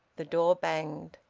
the door banged.